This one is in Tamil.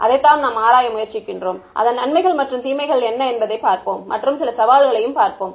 அதைத்தான் நாம் ஆராய முயற்சிக்கின்றோம் அதன் நன்மைகள் மற்றும் தீமைகள் என்ன என்பதைப் பார்ப்போம் மற்றும் சில சவால்களையும் பார்ப்போம்